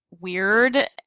weird